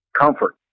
comfort